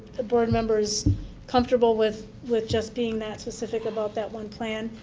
ah board members comfortable with with just being that specific about that one plan?